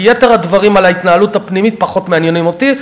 כי יתר הדברים על ההתנהלות הפנימית פחות מעניינים אותי.